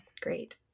Great